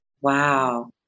Wow